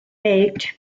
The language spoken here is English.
baked